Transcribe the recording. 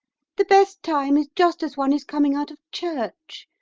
the best time is just as one is coming out of church.